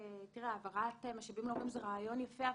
העברת משאבים להורים זה רעיון יפה,